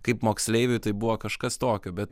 kaip moksleiviui tai buvo kažkas tokio bet